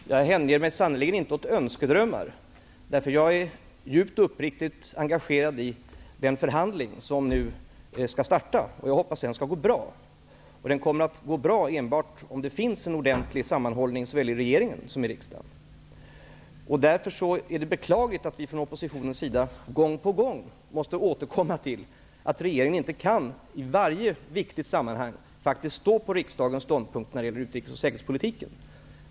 Fru talman! Jag hänger mig sannerligen inte åt önskedrömmar. Jag är djupt och uppriktigt engagerad i den förhandling som nu skall starta. Jag hoppas att den skall gå bra. Den kommer att gå bra enbart om det finns en ordentlig sammanhållning såväl i regeringen som i riksdagen. Därför är det beklagligt att vi i oppositionen gång på gång måste återkomma till, att regeringen inte kan stå på riksdagens ståndpunkt i varje viktigt sammanhang när det gäller utrikes och säkerhetspolitiken.